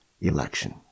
election